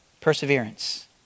perseverance